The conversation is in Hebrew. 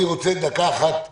אני רוצה בשתיים,